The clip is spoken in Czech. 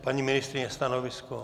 Paní ministryně, stanovisko?